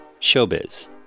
showbiz